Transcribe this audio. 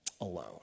alone